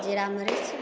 जीरा मरीच